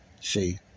See